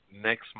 Next